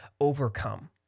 overcome